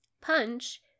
Punch